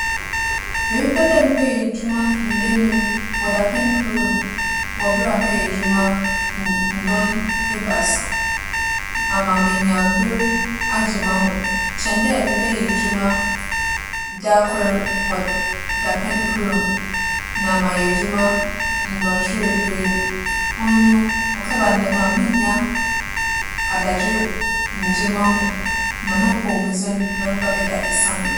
Mebɛpɛ dɛ mebɛyɛ edwuma nda enum wͻ dapɛn kor mu wͻ ber a mɛyɛ edwuma n - ndͻn ebiasa, ama menya mber agye m'ahom kyɛn dɛ mebɛyɛ edwuma dakor wͻ dapɛn kor mu, na maayɛ edwuma ndͻnhwer duenum. ͻno no, ͻkɛba no dɛm a minnya adagyer nngye m'ahom, na m'apͻwmudzen bɛba abɛda esian mu.